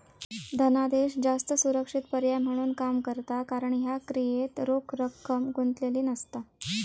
धनादेश जास्त सुरक्षित पर्याय म्हणून काम करता कारण ह्या क्रियेत रोख रक्कम गुंतलेली नसता